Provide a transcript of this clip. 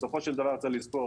בסופו של דבר, צריך לזכור